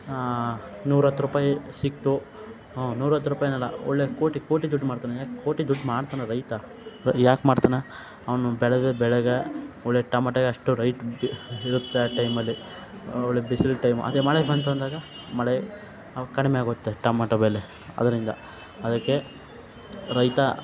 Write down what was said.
ನೂರಾಹತ್ತುರೂಪಾಯಿ ಸಿಕ್ತು ನೂರಾಹತ್ತುರೂಪಾಯ್ನಲ್ಲ ಒಳ್ಳೆ ಕೋಟಿ ಕೋಟಿ ದುಡ್ಡುಮಾಡ್ತಾನೆ ಕೋಟಿ ದುಡ್ಡು ಮಾಡ್ತಾನೆ ರೈತ ಯಾಕೆ ಮಾಡ್ತಾನೆ ಅವನು ಬೆಳೆದ ಬೆಳೆಗೆ ಒಳ್ಳೆ ಟಮಾಟೊ ಅಷ್ಟು ರೈಟ್ ಇರುತ್ತೆ ಆ ಟೈಮಲ್ಲಿ ಒಳ್ಳೆ ಬಿಸ್ಲು ಟೈಮು ಅದೆ ಮಳೆ ಬಂತು ಅಂದಾಗ ಮಳೆ ಕಡಿಮೆ ಆಗುತ್ತೆ ಟಮಾಟೊ ಬೆಲೆ ಅದರಿಂದ ಅದಕ್ಕೆ ರೈತ